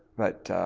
but,